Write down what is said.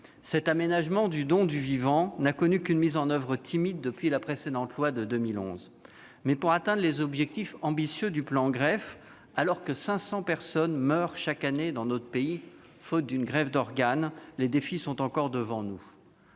Cet aménagement du don du vivant n'a connu qu'une mise en oeuvre timide depuis la précédente loi de 2011. Pour atteindre les objectifs ambitieux du plan Greffe, alors que cinq cents personnes meurent chaque année dans notre pays faute de greffe d'organes, les défis sont encore devant nous.